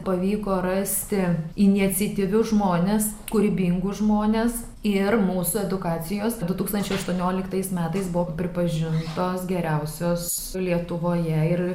pavyko rasti iniciatyvius žmones kūrybingus žmones ir mūsų edukacijos du tūkstančiai aštuonioliktais metais buvo pripažintos geriausios lietuvoje ir